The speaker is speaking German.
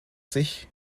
sich